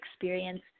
experience